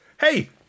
Hey